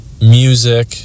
music